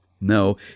No